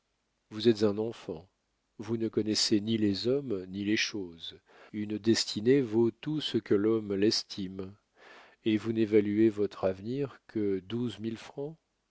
vous êtes un enfant vous ne connaissez ni les hommes ni les choses une destinée vaut tout ce que l'homme l'estime et vous n'évaluez votre avenir que douze